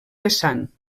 vessant